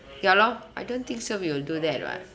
ya loh I don't think so we will do that [what]